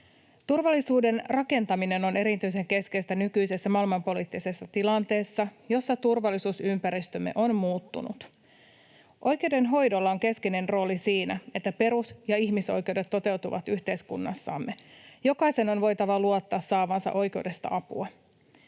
Turvallisuuden rakentaminen on erityisen keskeistä nykyisessä maailmanpoliittisessa tilanteessa, jossa turvallisuusympäristömme on muuttunut. Oikeudenhoidolla on keskeinen rooli siinä, että perus- ja ihmisoikeudet toteutuvat yhteiskunnassamme. Jokaisen on voitava luottaa saavansa oikeudesta apua.